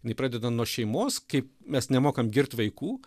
jinai pradeda nuo šeimos kaip mes nemokam girt vaikų